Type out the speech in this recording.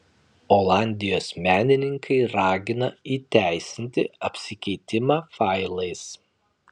olandijos menininkai ragina įteisinti apsikeitimą failais